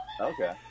Okay